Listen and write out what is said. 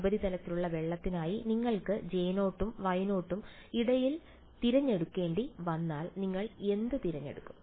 ഉപരിതലത്തിലെ വെള്ളത്തിനായി നിങ്ങൾക്ക് J0 നും Y0 നും ഇടയിൽ തിരഞ്ഞെടുക്കേണ്ടി വന്നാൽ നിങ്ങൾ എന്ത് തിരഞ്ഞെടുക്കും